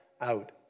out